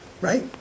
Right